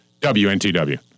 WNTW